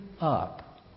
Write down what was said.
up